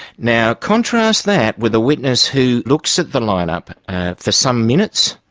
now contrast that with a witness who looks at the line-up for some minutes,